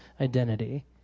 Identity